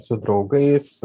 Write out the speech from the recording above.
su draugais